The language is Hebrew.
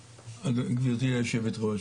גברתי יושבת הראש,